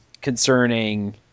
concerning